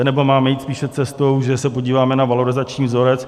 Nebo máme jít spíše cestou, že se podíváme na valorizační vzorec?